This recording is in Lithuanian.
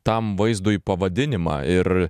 tam vaizdui pavadinimą ir